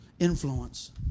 influence